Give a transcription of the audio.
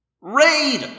Raid